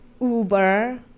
Uber